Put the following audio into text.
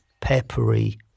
peppery